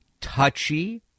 touchy